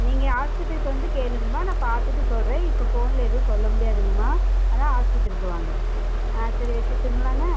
நீங்கள் ஆஸ்பத்திரிக்கு வந்து கேளுங்கள்மா நான் பார்த்துட்டு சொல்கிறேன் இப்போ ஃபோனில் எதுவும் சொல்ல முடியாதுங்கம்மா அதனாலே ஆஸ்பத்திரிக்கு வாங்க ஆ சரி வச்சுருட்டுங்களாங்க